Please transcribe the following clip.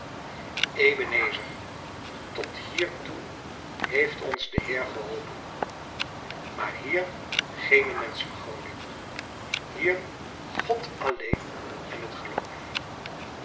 tot hiertoe heeft ons de heer geholpen maar hier geene menschvergoding hier god alléén en het geloof